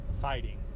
fighting